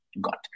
got